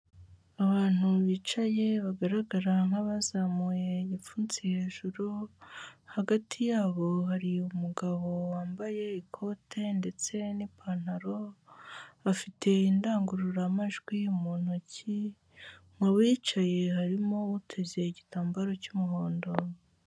Abantu bicaye bagaragara nk'abazamuye igipfunsi hejuru hagati y'abo hari umugabo wambaye ikote ndetse n'ipantalo bafite indangururamajwi mu ntoki, mu bicaye harimo uteze igitambaro cy'umuhondo.